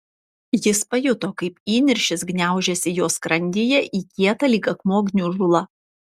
jis pajuto kaip įniršis gniaužiasi jo skrandyje į kietą lyg akmuo gniužulą